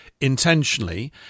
intentionally